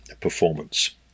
performance